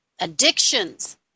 addictions